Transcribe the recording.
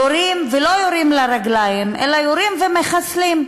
יורים, ולא יורדים לרגליים, אלא יורים ומחסלים,